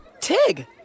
Tig